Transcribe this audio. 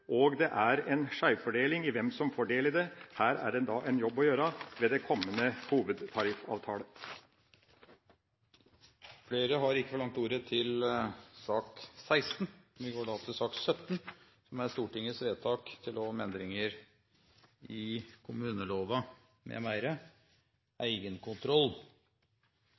og det er en skeivfordeling når det gjelder hvem som får del i den. Her er det da en jobb å gjøre ved kommende hovedtariffavtale. Flere har ikke bedt om ordet til sak nr. 16. Ingen har bedt om ordet. Vi går da til votering over sakene på dagens kart. Under debatten er